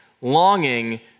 longing